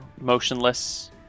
motionless